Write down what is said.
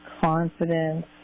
confidence